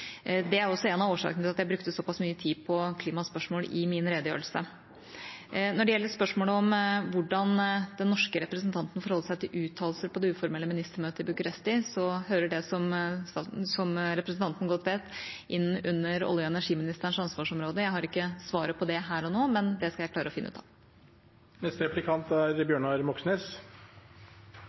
Det er også en av årsakene til at jeg brukte såpass mye tid på klimaspørsmål i min redegjørelse. Når det gjelder spørsmålet om hvordan den norske representanten forholdt seg til uttalelser på det uformelle ministermøtet i Bucuresti, hører det – som representanten Lysbakken godt vet – inn under olje- og energiministerens ansvarsområde. Jeg har ikke svaret på det her og nå, men det skal jeg klare å finne ut